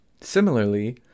Similarly